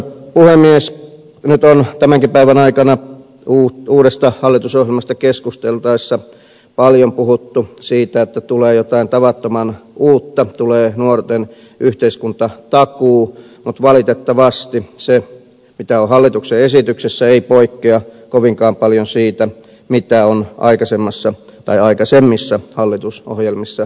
nyt on tämänkin päivän aikana uudesta hallitusohjelmasta keskusteltaessa paljon puhuttu siitä että tulee jotain tavattoman uutta tulee nuorten yhteiskuntatakuu mutta valitettavasti se mitä on hallituksen esityksessä ei poikkea kovinkaan paljon siitä mitä on aikaisemmissa hallitusohjelmissa sovittu